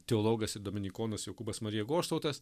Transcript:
teologas ir dominikonas jokūbas marija goštautas